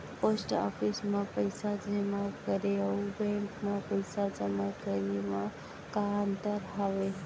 post office मा पइसा जेमा करे अऊ बैंक मा पइसा जेमा करे मा का अंतर हावे